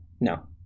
No